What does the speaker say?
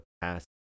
past